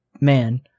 man